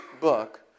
book